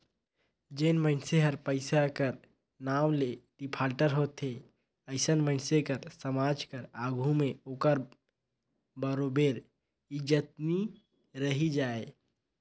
जेन मइनसे हर पइसा कर नांव ले डिफाल्टर होथे अइसन मइनसे कर समाज कर आघु में ओकर बरोबेर इज्जत नी रहि जाए